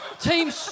Team